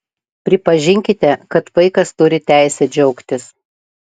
pripažinkite kad vaikas turi teisę džiaugtis